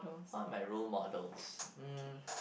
who are my role models hmm